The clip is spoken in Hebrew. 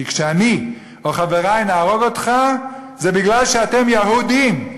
כי כשאני או חברי נהרוג אותך זה מפני שאתם יהודים.